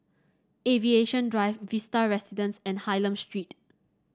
Aviation Drive Vista Residences and Hylam Street